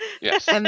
Yes